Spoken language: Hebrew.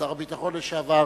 שר הביטחון לשעבר,